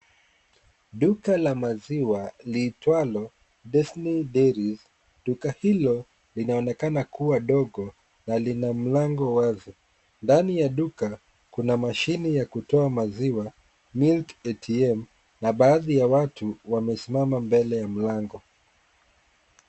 Duka la maziwa liitwalo Destiny Dairies . Duka hilo linaonekana kuwa dogo na lina mlango wazi. Ndani ya duka kuna mashini ya kutoa maziwa Milk ATM . Na baadhi ya watu wamesimama mbele ya mlango.